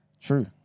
true